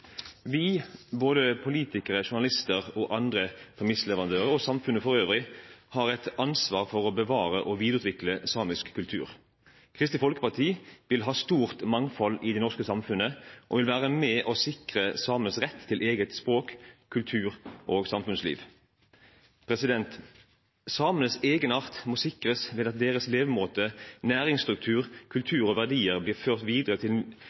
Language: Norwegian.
Vi – både politikere, journalister, andre pemissleverandører og samfunnet for øvrig – har et ansvar for å bevare og videreutvikle samisk kultur. Kristelig Folkeparti vil ha et stort mangfold i det norske samfunnet og vil være med og sikre samenes rett til eget språk, egen kultur og eget samfunnsliv. Samenes egenart må sikres ved at deres levemåte, næringsstruktur, kultur og verdier blir ført videre til